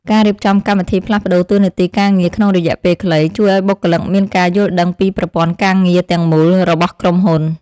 ការរៀបចំកម្មវិធីផ្លាស់ប្តូរតួនាទីការងារក្នុងរយៈពេលខ្លី ជួយឱ្យបុគ្គលិកមានការយល់ដឹងពីប្រព័ន្ធការងារទាំងមូលរបស់ក្រុមហ៊ុន។